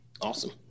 Awesome